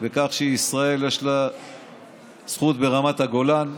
בכך שישראל, יש לה זכות ברמת הגולן,